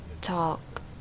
talk